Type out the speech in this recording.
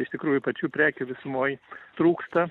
iš tikrųjų pačių prekių visumoj trūksta